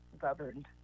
governed